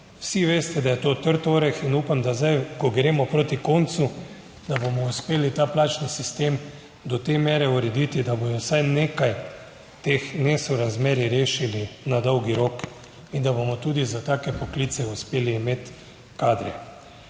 Vsi veste, da je to trd oreh in upam, da zdaj, ko gremo proti koncu, da bomo uspeli ta plačni sistem do te mere urediti, da bodo vsaj nekaj teh nesorazmerij rešili na dolgi rok in da bomo tudi za take poklice uspeli imeti kadre.